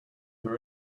her